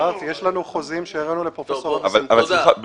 יש לנו חוזים שהראינו לפרופסור אבי שמחון.